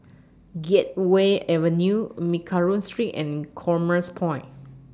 Gateway Avenue Mccallum Street and Commerce Point